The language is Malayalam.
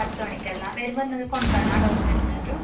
പത്ത് മണിക്കല്ലേ വരുമ്പോൾ എന്തെങ്കിലും കൊണ്ടുവരണോ ഡോക്യുമെന്റ്സ് ആയിട്ട്